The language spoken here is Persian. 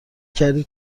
کردید